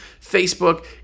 Facebook